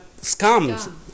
scams